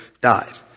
died